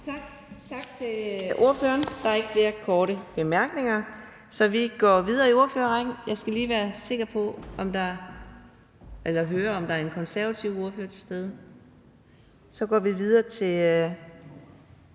Tak til ordføreren. Der er ikke flere korte bemærkninger. Så vi går videre i ordførerrækken. Jeg skal lige høre, om der er en konservativ ordfører til stede. Så skal jeg lige